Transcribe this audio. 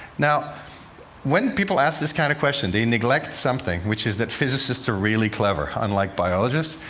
now when people ask this kind of question, they neglect something, which is that physicists are really clever, unlike biologists.